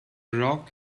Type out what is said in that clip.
rock